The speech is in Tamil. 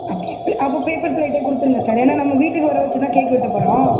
அப்படியா அப்போ பேப்பர் ப்ளேட்டே கொடுத்துருங்க சார் ஏன்னால் நம்ம வீட்டுக்கு வர வச்சுதான் கேக் வெட்ட போகிறோம்